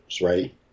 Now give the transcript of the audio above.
right